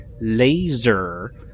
laser